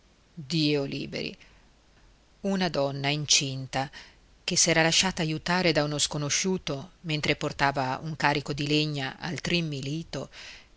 dio liberi una donna incinta che s'era lasciata aiutare da uno sconosciuto mentre portava un carico di legna al